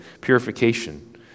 purification